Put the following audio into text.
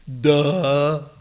Duh